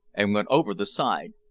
and went over the side.